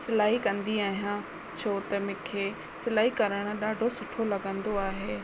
सिलाई कंदी आहियां छो त मूंखे सिलाई करण ॾाढो सुठो लॻंदो आहे